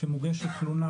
כשמוגשת תלונה,